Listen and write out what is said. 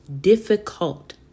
difficult